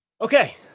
Okay